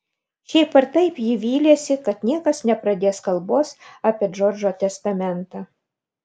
šiaip ar taip ji vylėsi kad niekas nepradės kalbos apie džordžo testamentą